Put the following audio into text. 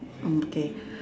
okay